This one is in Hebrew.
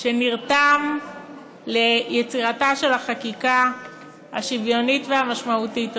שנרתם ליצירתה של החקיקה השוויונית והמשמעותית הזאת,